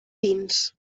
dins